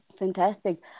Fantastic